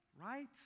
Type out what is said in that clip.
right